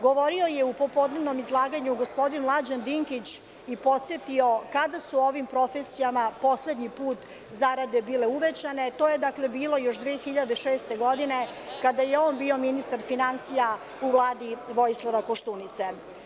Govorio je u popodnevnom izlaganju gospodin Mlađan Dinkić i podsetio kada su ovim profesijama poslednji put zarade bile uvećane, a to je bilo još 2006. godine, kada je on bio ministar finansija u Vladi Vojislava Koštunice.